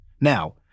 Now